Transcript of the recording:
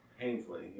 Painfully